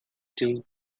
tomb